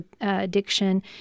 addiction